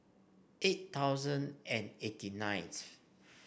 eight thousand and eighty ninth